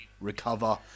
recover